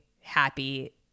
happy